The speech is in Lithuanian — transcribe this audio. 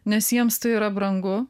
nes jiems tai yra brangu